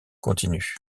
continue